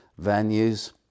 venues